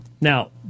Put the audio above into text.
now